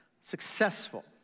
Successful